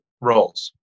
roles